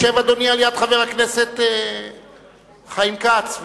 ישב אדוני ליד חבר הכנסת חיים כץ.